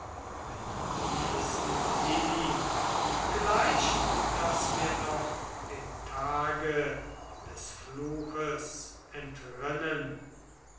mit diesen fliehn vielleicht daß wir noch dem tage des fluches entrinnen